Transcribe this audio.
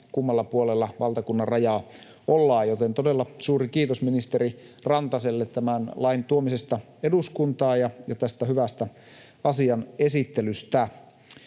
kummalla puolella valtakunnanrajaa ollaan. Joten todella suuri kiitos ministeri Rantaselle tämän lain tuomisesta eduskuntaan ja hyvästä asian esittelystä.